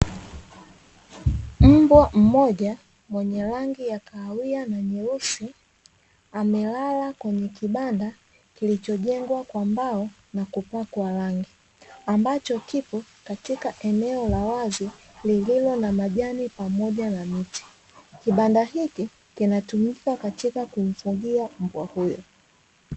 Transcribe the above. Mbwa mmoja mwenye rangi ya kahawia na nyeusi, amelala kwenye kibanda kilichojengwa kwa mbao na kupakwa rangi, ambacho kipo katika eneo la wazi lililo na majani pamoja na miti. Kibanda hiki kinatumika katika kumfugia mbwa huyo.